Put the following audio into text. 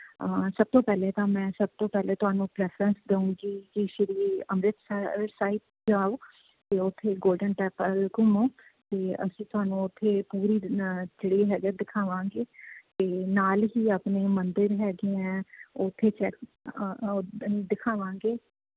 ਸਭ ਤੋਂ ਪਹਿਲੇ ਤਾਂ ਮੈਂ ਸਭ ਤੋਂ ਪਹਿਲੇ ਤੁਹਾਨੂੰ ਪ੍ਰੈਫਰੈਂਸ ਦਊਂਗੀ ਕਿ ਸ਼੍ਰੀ ਅੰਮ੍ਰਿਤਸਰ ਸਾਹਿਬ ਜਾਓ ਅਤੇ ਉੱਥੇ ਗੌਲਡਨ ਟੈਂਪਲ ਘੁੰਮੋ ਅਤੇ ਅਸੀਂ ਤੁਹਾਨੂੰ ਉੱਥੇ ਪੂਰੀ ਜਿਹੜੀ ਹੈਗੈ ਦਿਖਾਵਾਂਗੇ ਅਤੇ ਨਾਲ਼ ਹੀ ਆਪਣੇ ਮੰਦਰ ਹੈਗੇ ਹੈ ਉੱਥੇ ਚੈੱਕ ਦਿਖਾਵਾਂਗੇ